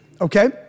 okay